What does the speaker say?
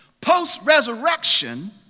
Post-resurrection